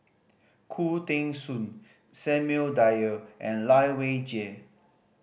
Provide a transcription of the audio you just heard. Khoo Teng Soon Samuel Dyer and Lai Weijie